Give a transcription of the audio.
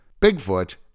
Bigfoot